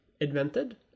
invented